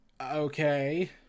Okay